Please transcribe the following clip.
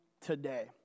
today